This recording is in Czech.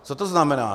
Co to znamená?